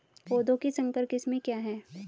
पौधों की संकर किस्में क्या हैं?